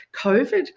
COVID